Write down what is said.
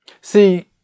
See